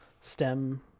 STEM